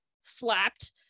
slapped